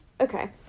Okay